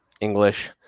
English